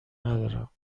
ندارم